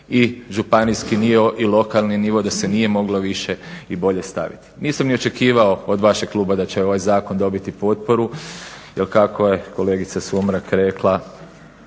i županijski nivo i lokalni nivo, da se nije moglo više i bolje staviti. Nisam ni očekivao od vašeg kluba da će ovaj zakon dobiti potporu jer kako je kolegica Sumrak rekla,